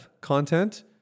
content